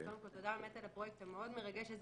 קודם כול תודה באמת על הפרויקט המאוד מרגש הזה.